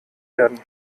werden